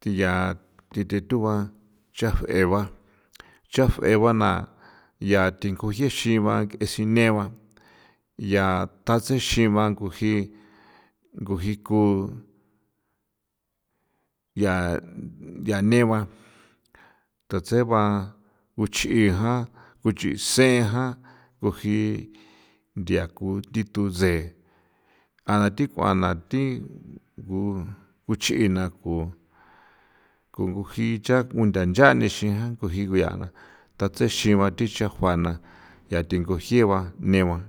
ti ncha thi thethu ba chafeꞌeguaa chafeꞌegua na ncha thi ko tsjexi ba kꞌe sinegua ncha tha tasexi ba ko ji ku ji ko yia yian neba tha tsjeba u chꞌijan u nchꞌisen jan ko jii ndia ku nditu tse̱ a tikuan na ti ku kuchꞌina ku ku jngugi chan kundhacha nixin jan ko jii ko ya na tatsexigua thichafuana yatinjgu jiéba neeguan.